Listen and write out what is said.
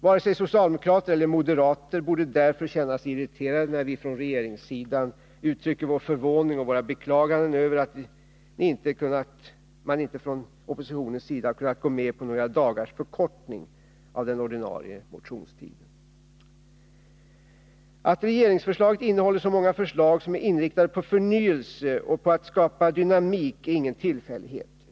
Varken socialdemokrater eller moderater borde därför känna sig irriterade när vi från regeringssidan uttrycker vår förvåning och vårt beklagande över att oppositionen inte har kunnat gå med på några dagars förkortning av den ordinarie motionstiden. Att regeringsförslaget innehåller så många förslag som är inriktade på förnyelse och på att skapa dynamik är ingen tillfällighet.